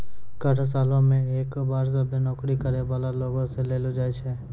कर सालो मे एक बार सभ्भे नौकरी करै बाला लोगो से लेलो जाय छै